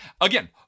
Again